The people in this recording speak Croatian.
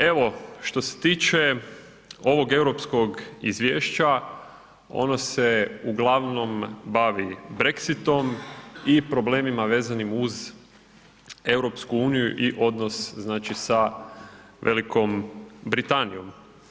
Evo što se tiče ovog europskog izvješća ono se uglavnom bavi Brexitom i problemima vezanim uz EU i odnos sa Velikom Britanijom.